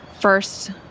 first